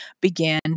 began